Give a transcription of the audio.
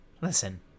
Listen